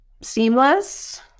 Seamless